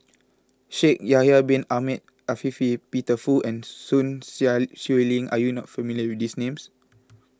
Shaikh Yahya Bin Ahmed Afifi Peter Fu and Sun Xueling are you not familiar with these names